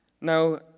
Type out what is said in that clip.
Now